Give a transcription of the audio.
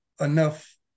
enough